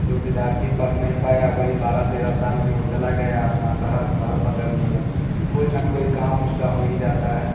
जो विधार्थी पढ़ नहीं पाया वही बारह तेरह साल में वो चला गया अपना शहर शहर पकड़ लिया